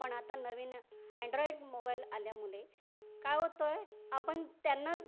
पण आता नवीन अँड्रॉइड मोबाईल आल्यामुळे काय होतं आहे आपण त्यांना